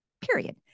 period